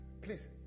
Please